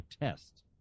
test